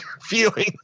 feeling